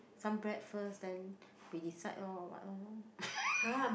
some bread first then we decide lor what lor